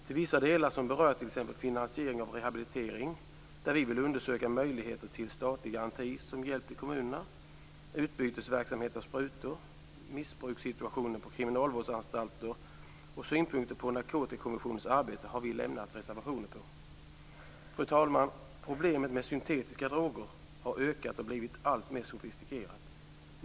Till vissa delar som berör t.ex. finansiering av rehabilitering, där vi vill undersöka möjligheterna till statlig garanti som hjälp till kommunerna, utbytesverksamhet av sprutor, missbrukssituationen på kriminalvårdsanstaler och synpunkter på Narkotikakommissionens arbete har vi lämnat reservationer. Fru talman! Problemet med syntetiska droger har ökat och blivit alltmer sofistikerat.